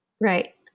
right